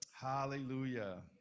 Hallelujah